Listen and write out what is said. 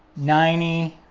ninety,